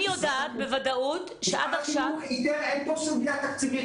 אני יודעת בוודאות -- אין פה סוגיה תקציבית.